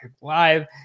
Live